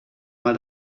mal